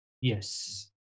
Yes